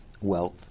wealth